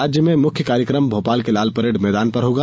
राज्य में मुख्य कार्यकम भोपाल के लालपरेड मैदान पर होगा